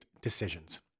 decisions